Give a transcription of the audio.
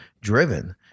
driven